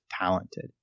talented